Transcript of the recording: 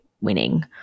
winning